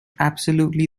absolutely